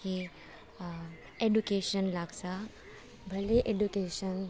कि एडुकेसन लाग्छ भलै एडुकेसन